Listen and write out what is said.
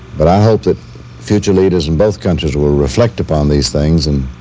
but i hope the future leaders in both countries will reflect upon these things and